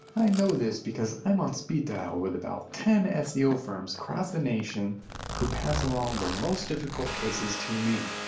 i know this because i'm on speed dial with about ten seo firms across the nation who pass along their most difficult cases to me.